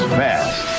fast